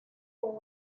con